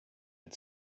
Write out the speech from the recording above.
had